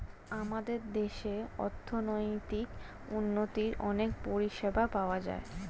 আমাদের দেশে অর্থনৈতিক উন্নতির অনেক পরিষেবা পাওয়া যায়